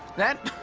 that?